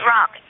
Rock